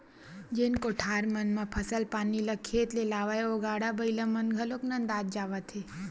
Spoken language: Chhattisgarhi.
जेन कोठार मन म फसल पानी ल खेत ले लावय ओ गाड़ा बइला मन घलोक नंदात जावत हे